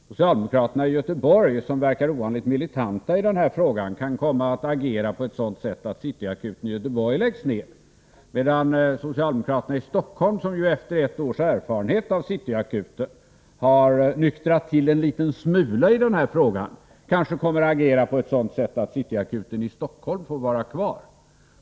Socialdemokraterna i Göteborg, som verkar ovanligt militanta i den här frågan, kan komma att agera på ett sådant sätt att City Akuten i Göteborg läggs ner, medan socialdemokraterna i Stockholm, som ju efter ett års erfarenhet av City Akuten har nyktrat till en liten smula kanske kommer att agera på ett sådant sätt att City Akuten i Stockholm får vara kvar.